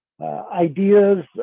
ideas